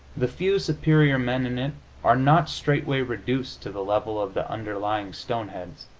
the few superior men in it are not straightway reduced to the level of the underlying stoneheads.